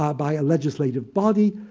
ah by a legislative body.